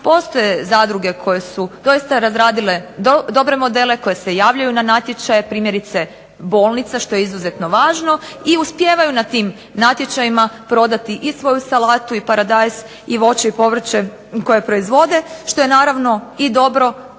Postoje zadruge koje su doista razradile dobre modele koje se javljaju na natječaje. Primjerice bolnica što je izuzetno važno i uspijevaju na tim natječajima prodati i svoju salatu i paradajz i voće i povrće koje proizvode što je naravno i dobro za